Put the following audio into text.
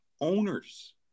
owners